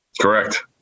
Correct